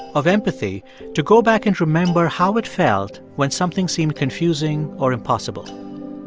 of empathy to go back and remember how it felt when something seemed confusing or impossible.